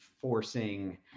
forcing